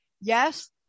Yes